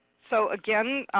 so again,